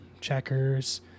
checkers